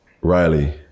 Riley